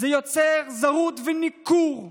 זה יוצר זרות וניכור,